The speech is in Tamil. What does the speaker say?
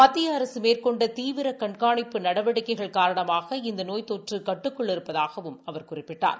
மத்திய அரசு மேற்கொண்ட தீவிர கண்காணிப்பு நடவடிக்கைகள் காரணமாக இந்த நோய் தொற்று கட்டுக்குள் இருப்பதகாவும் அவர் குறிப்பிட்டார்